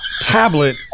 tablet